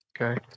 Okay